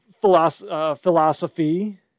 philosophy